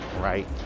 right